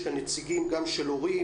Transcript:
יש כאן נציגים גם של הורים,